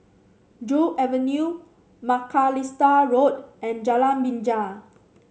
Joo Avenue Macalister Road and Jalan Binja